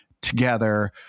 together